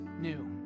new